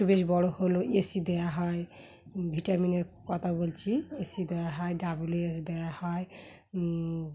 একটু বেশ বড়ো হলো এ সি দেওয়া হয় ভিটামিনের কথা বলছি এ সি দেওয়া হয় ডাব্লিউ এস দেওয়া হয়